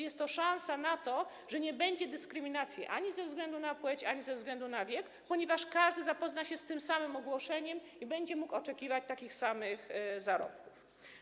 Jest to szansa na to, że nie będzie dyskryminacji ani ze względu na płeć, ani ze względu na wiek, ponieważ każdy zapozna się z tym samym ogłoszeniem i będzie mógł oczekiwać takich samych zarobków.